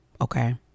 Okay